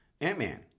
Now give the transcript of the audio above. Ant-Man